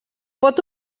pot